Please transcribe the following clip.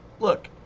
Look